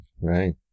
Right